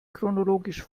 chronologisch